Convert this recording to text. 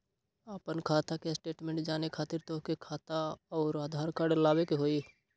आपन खाता के स्टेटमेंट जाने खातिर तोहके खाता अऊर आधार कार्ड लबे के होइ?